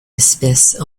espèces